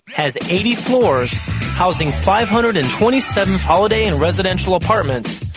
has eighty floors housing five hundred and twenty seven holiday and residential apartments,